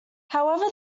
however